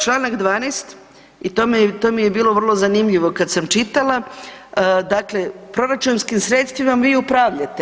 Članak 12. i to mi je bilo vrlo zanimljivo kada sam čitala dakle, proračunskim sredstvima vi upravljate.